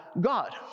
God